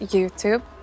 Youtube